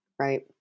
Right